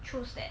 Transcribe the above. choose that